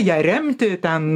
ją remti ten